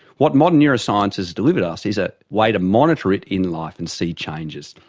what modern neuroscience has delivered us is a way to monitor it in life and see changes.